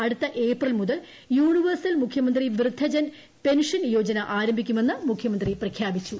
അടുത്ത ഏപ്രിൽ മുതൽ യൂണിവേഴ്സൽ മുഖ്യന്ത്രി വൃദ്ധജൻ പെൻഷൻ യോജന ആരംഭിക്കുമെന്ന് മുഖ്യമന്ത്രി പ്രഖ്യാപിച്ചു